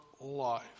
life